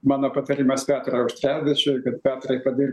mano patarimas petrui auštrevičiui kad petrai kada ir